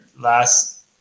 last